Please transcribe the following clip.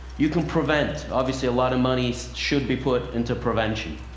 you can prevent. obviously a lot of monies should be put into prevention.